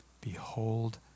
Behold